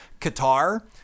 Qatar